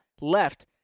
left